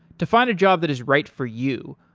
to find a job that is right for you,